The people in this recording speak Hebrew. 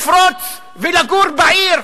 לפרוץ ולגור בעיר,